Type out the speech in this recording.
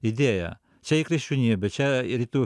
idėja čia i kriščionybė čia ir rytų